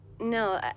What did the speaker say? No